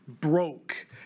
Broke